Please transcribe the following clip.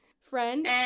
friend